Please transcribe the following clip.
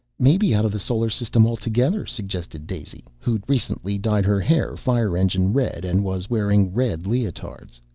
maybe out of the solar system altogether, suggested daisy, who'd recently dyed her hair fire-engine red and was wearing red leotards.